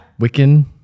wiccan